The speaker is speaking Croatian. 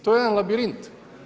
To je jedan labirint.